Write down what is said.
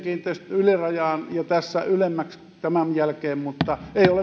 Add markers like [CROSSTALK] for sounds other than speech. ylärajaan ja ylemmäksi tämän jälkeen mutta ei ole [UNINTELLIGIBLE]